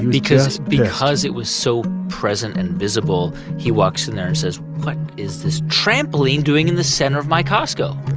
because because it was so present and visible, he walks in there and says, what is this trampoline doing in the center of my costco?